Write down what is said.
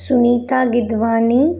Sunita Gidwani